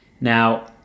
Now